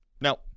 Now